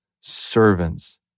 servants